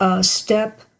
step